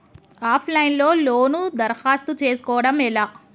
Of line లో loan దరఖాస్తు చేసుకోవడం ఎలా?